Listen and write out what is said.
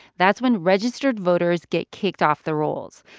that's when registered voters get kicked off the rolls.